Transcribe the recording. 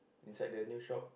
inside the news shop